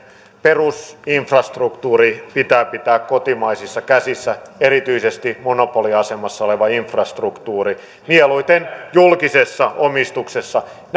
perusinfrastruktuuri pitää pitää kotimaisissa käsissä erityisesti monopoliasemassa oleva infrastruktuuri mieluiten julkisessa omistuksessa